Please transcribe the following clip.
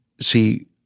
see